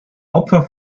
opfer